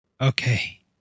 Okay